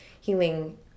healing